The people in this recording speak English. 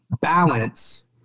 balance